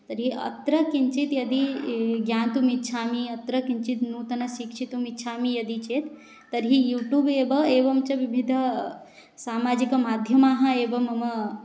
तर्हि अत्र किञ्चित् यदि इ ज्ञातुम् इच्छामि अत्र किञ्चित् नूतनं शिक्षितुम् इच्छामि यदि चेत् तर्हि यूटूब् एवं एवं च विविधसामाजिकमाध्यमाः एव मम